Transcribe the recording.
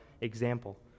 example